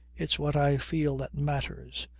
it's what i feel that matters.